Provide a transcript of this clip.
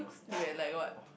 you eh like what